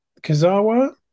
Kazawa